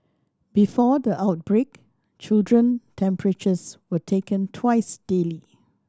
before the outbreak children temperatures were taken twice daily